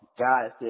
God